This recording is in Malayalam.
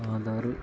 ആധാർ